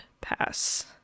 Pass